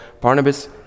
Barnabas